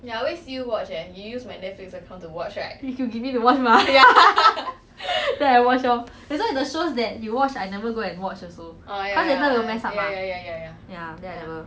you give me to watch mah then I watch lor that's why the shows that you watch I never go and watch also cause later will mess up mah ya then I never